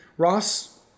Ross